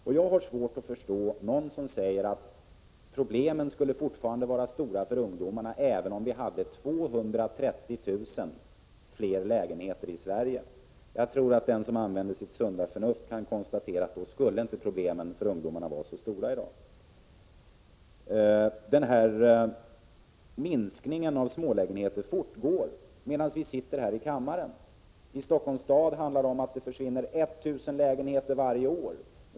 Jag har också svårt att förstå dem som säger att problemen för ungdomarna skulle vara stora, även om vi hade 230 000 fler lägenheter i Sverige. Den som använder sitt sunda förnuft kan konstatera att problemen för ungdomarna i så fall inte skulle vara så stora i dag. Minskningen av antalet smålägenheter fortgår, medan vi sitter här i kammaren. I Stockholms stad försvinner 1 000 sådana lägenheter varje år.